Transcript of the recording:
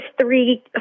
three